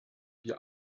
wir